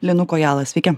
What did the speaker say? linu kojala sveiki